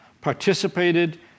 participated